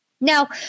Now